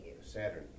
Saturn